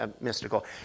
mystical